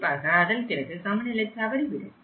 கண்டிப்பாக அதன்பிறகு சமநிலை தவறிவிடும்